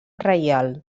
reial